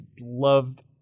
loved